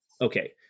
okay